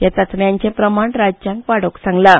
हया चाचण्यांचें प्रमाण राज्यांक वाडोवंक सांगलां